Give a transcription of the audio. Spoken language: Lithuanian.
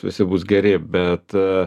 visi bus geri bet